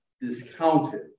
discounted